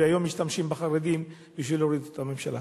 והיום משתמשים בחרדים כדי להוריד את הממשלה.